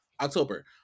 October